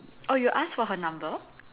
oh you ask for her number